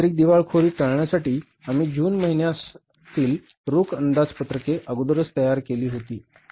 तांत्रिक दिवाळखोरी टाळण्यासाठी आम्ही जून महिन्यासाठी रोख अंदाजपत्रके अगोदरच तयार केली होती